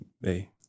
hey